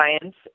science